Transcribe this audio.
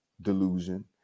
delusion